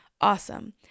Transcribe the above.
Awesome